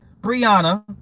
Brianna